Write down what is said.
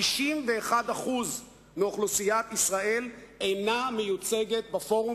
51% מאוכלוסיית ישראל אינה מיוצגת בפורום